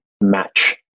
match